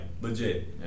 legit